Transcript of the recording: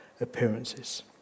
appearances